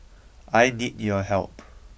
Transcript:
I need your help